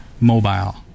mobile